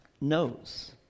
knows